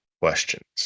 questions